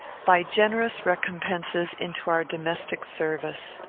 by generous recompenses, into our domestic service.